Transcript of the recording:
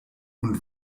und